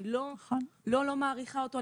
אני לא לא מעריכה אותו,